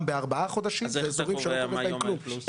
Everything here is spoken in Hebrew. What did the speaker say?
בארבעה חודשים זה אזורים שלא קורה בהם כלום.